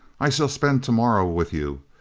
i shall spend to-morrow with you,